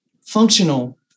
functional